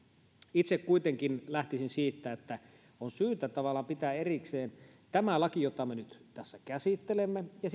itse kuitenkin lähtisin siitä että on syytä tavallaan pitää erikseen tämä laki jota me nyt tässä käsittelemme ja